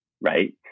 right